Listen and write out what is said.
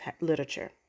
literature